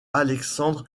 alexandre